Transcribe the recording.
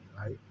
right